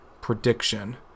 prediction